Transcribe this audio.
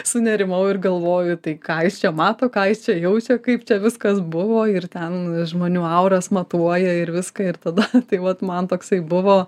sunerimau ir galvoju tai ką jis čia mato ką jis čia jaučia kaip viskas buvo ir ten žmonių auras matuoja ir viską ir tada tai vat man toksai buvo